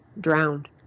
drowned